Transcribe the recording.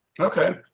Okay